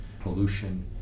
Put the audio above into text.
pollution